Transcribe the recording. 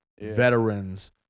veterans